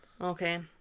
Okay